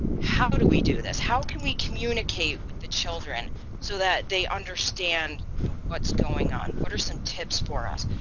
how do we do this? how can we communicate with the children so that they understand what's going on. what are some tips for us?